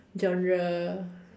genre